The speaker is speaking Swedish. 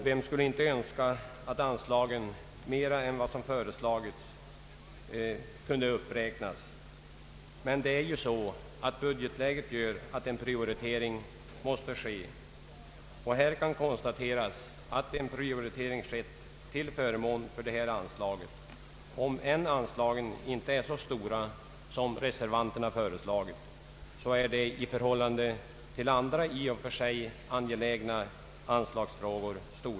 Vem skulle inte önska att anslagen kunde uppräknas utöver vad som föreslagits? Budgetläget gör emellertid att en prioritering måste ske. Här kan konstateras att en prioritering skett till förmån för dessa anslag. Om än anslagen inte är så stora som reservanterna föreslagit är de stora i förhållande till andra i och för sig angelägna anslag.